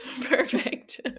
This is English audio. perfect